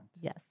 Yes